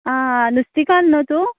आं नुस्तींकान्न न्हय तूं